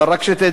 אבל רק שתדע,